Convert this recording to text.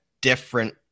different